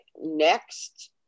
next